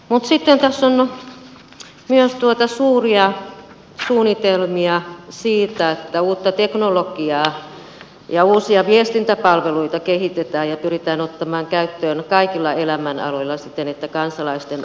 sitten tässä on myös suuria suunnitelmia siitä että uutta teknologiaa ja uusia viestintäpalveluita kehitetään ja pyritään ottamaan käyttöön kaikilla elämänaloilla siten että kansalaisten arki helpottuu